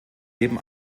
leben